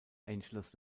angeles